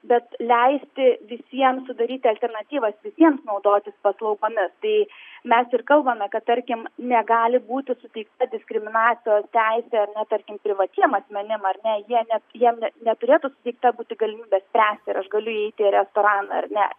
bet leisti visiems sudaryti alternatyvas visiems naudotis paslaugomis tai mes ir kalbame kad tarkim negali būti suteikta diskriminacijos teisė na tarkim privatiem asmenim ar ne jie ne jiem ne neturėtų suteikta būti galimybė spręsti ir aš galiu eiti į restoraną ar ne